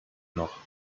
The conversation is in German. noch